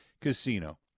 Casino